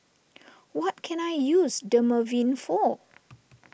what can I use Dermaveen for